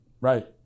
right